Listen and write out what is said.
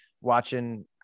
watching